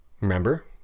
Remember